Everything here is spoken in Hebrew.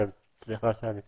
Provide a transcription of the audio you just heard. סליחה שאני מתפרץ.